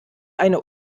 eine